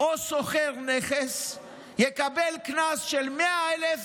או שוכר הנכס יקבלו קנס של 100,000